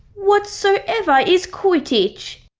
whatsoever is quidditch?